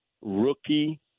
rookie